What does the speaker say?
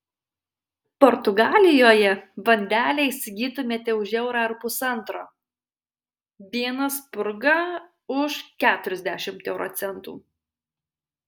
portugalijoje bandelę įsigytumėte už eurą ar pusantro vieną spurgą už keturiasdešimt euro centų